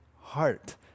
heart